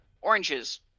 Orange's